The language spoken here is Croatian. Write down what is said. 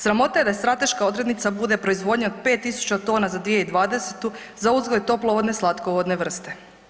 Sramota je da strateška odrednica bude proizvodnja 5000 tona za 2020. za uzgoj toplovodne, slatkovodne vrste.